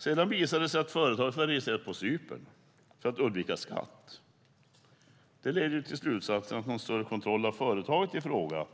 Sedan visade det sig att företaget var registrerat på Cypern för att undvika skatt. Det leder ju till slutsatsen att man inte hade gjort någon större kontroll av företaget i fråga.